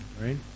right